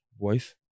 Voice